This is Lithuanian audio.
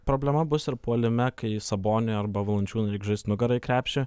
problema bus ir puolime kai saboniui arba valančiūnui reiks žaist nugara į krepšį